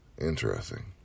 interesting